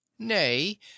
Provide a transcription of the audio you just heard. nay